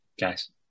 Guys